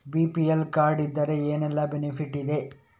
BPL card ಇದ್ರೆ ಏನೆಲ್ಲ benefit ಇದೆ?